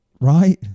Right